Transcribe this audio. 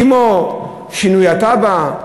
כמו שינוי התב"ע,